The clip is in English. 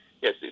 Yes